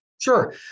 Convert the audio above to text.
Sure